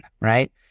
right